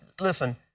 listen –